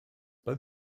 both